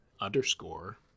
underscore